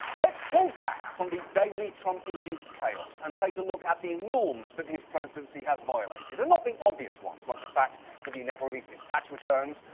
let's pull back from the daily trump-induced chaos and take a look at the norms that his presidency has violated, and not the obvious ones, like the fact that he never released his tax returns,